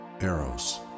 Eros